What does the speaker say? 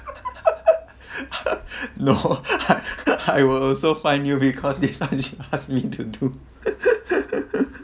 no I will also find you because they ask me to do